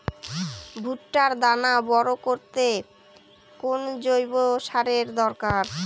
ভুট্টার দানা বড় করতে কোন জৈব সারের দরকার?